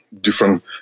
different